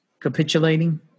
Capitulating